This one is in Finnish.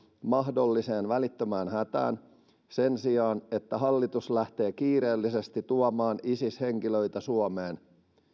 mahdolliseen välittömään hätään sen sijaan että hallitus lähtee kiireellisesti tuomaan isis henkilöitä suomeen